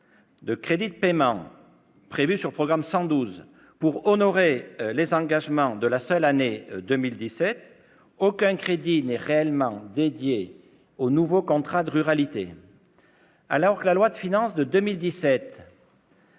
de crédits de paiement prévus sur le programme 112 pour honorer les engagements de la seule année 2017, aucun crédit n'est réellement dédié aux nouveaux contrats de ruralité. Alors que, dans la loi de finances pour 2017,